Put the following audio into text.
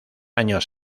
años